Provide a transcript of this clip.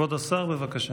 כבוד השר, בבקשה.